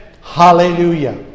Hallelujah